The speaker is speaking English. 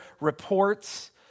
reports